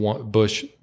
Bush